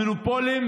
המונופולים